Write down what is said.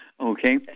Okay